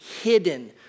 hidden